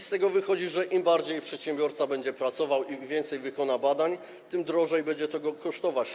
Z tego wynika, że im bardziej przedsiębiorca będzie pracował, im więcej wykona badań, tym drożej będzie go to kosztować.